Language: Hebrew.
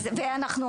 ואנחנו,